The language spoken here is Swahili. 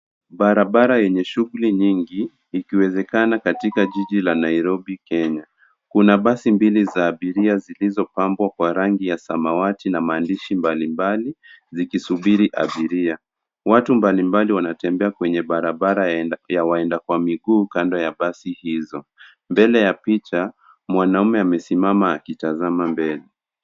Barabara yenye shughuli nyingi ikiwezekana katika Jiji la Nairobi, Kenya. Kuna basi mbili za abiria zilizopambwa kwa rangi ya samawati na maandishi mbalimbali zikisubiri abiria. Watu mbalimbali wanatembea kwenye barabara ya waenda kwa miguu kando ya basi hazo. Mbele ya picha, mwanamume amesimama akitazama mbele.